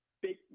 big